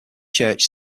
church